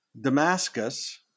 Damascus